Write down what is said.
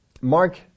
Mark